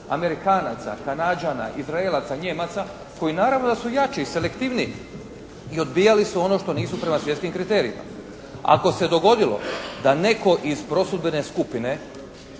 Amerikanaca, Kanađana, Izraelaca, Nijemaca koji naravno da su jači, selektivniji i odbijali su ono što nisu prema svjetskim kriterijima. Ako se dogodilo da netko iz prosudbene skupine